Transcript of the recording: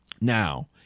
now